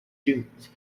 dunes